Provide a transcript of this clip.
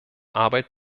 arbeit